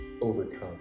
overcome